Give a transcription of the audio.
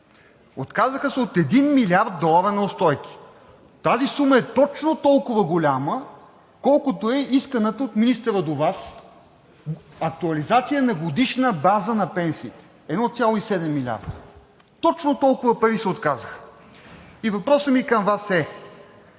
Отказаха се от един милиард долара неустойки! Тази сума е точно толкова голяма, колкото е исканата от министъра до Вас актуализация на пенсиите на годишна база – 1,7 милиарда. Точно толкова пари се отказаха! Въпросът ми към Вас –